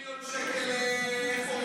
20 מיליון שקל לאלקין.